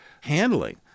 handling